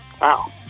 Wow